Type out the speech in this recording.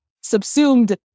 subsumed